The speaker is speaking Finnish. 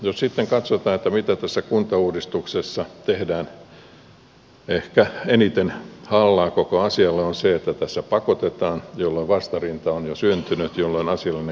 jos sitten katsotaan millä tässä kuntauudistuksessa tehdään ehkä eniten hallaa koko asialle niin se on se että tässä pakotetaan jolloin vastarinta on jo syntynyt jolloin asiallinen keskustelukin on vaikeaa